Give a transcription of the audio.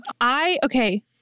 I—okay